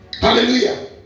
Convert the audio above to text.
hallelujah